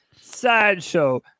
Sideshow